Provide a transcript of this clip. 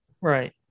Right